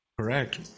Correct